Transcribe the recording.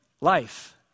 life